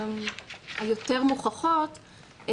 היותר מוכחות,